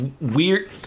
weird